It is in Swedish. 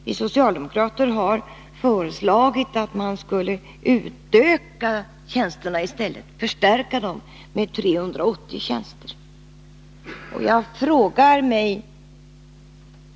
Vi socialdemokrater har föreslagit att man i stället skulle öka antalet tjänster där och förstärka arbetsförmedlingarna med 380 tjänster.